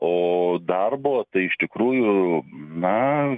o darbo tai iš tikrųjų na